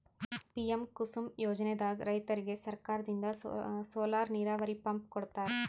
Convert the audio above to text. PM Kusum ಯೋಜನೆದಾಗ್ ರೈತರಿಗ್ ಸರ್ಕಾರದಿಂದ್ ಸೋಲಾರ್ ನೀರಾವರಿ ಪಂಪ್ ಕೊಡ್ತಾರ